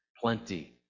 plenty